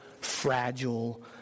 fragile